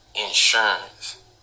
Insurance